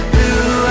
Blue